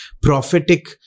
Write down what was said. prophetic